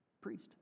priest